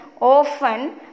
Often